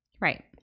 Right